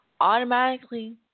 automatically